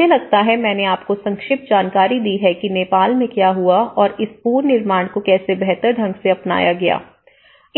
मुझे लगता हैमैंने आपको संक्षिप्त जानकारी दी है कि नेपाल में क्या हुआ और इस पूर्ण निर्माण को कैसे बेहतर ढंग से अपनाया गया